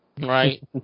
Right